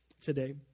today